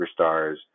superstars